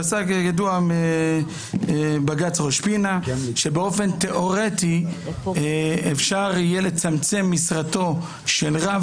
כידוע בג"ץ ראש פינה פסק שבאופן תיאורטי אפשר יהיה לצמצם משרתו של רב,